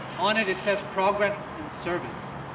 on it, it says progress and service,